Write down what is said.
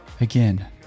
again